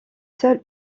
seuls